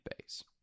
base